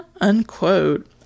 Unquote